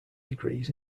degrees